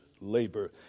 labor